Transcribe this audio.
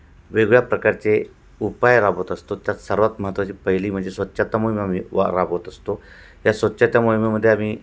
वेगळ्या प्रकारचे उपाय राबवत असतो त्यात सर्वात महत्त्वाची पहिली म्हणजे स्वच्छता मोहिमा आम्ही वा राबवत असतो या स्वच्छता मोहिमेमधे आम्ही